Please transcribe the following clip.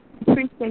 appreciate